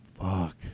Fuck